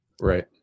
Right